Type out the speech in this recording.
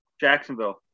Jacksonville